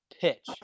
pitch